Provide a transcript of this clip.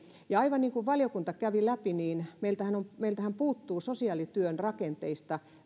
aivan niin kuin valiokunta kävi läpi niin meiltähän puuttuu sosiaalityön rakenteista